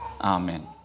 Amen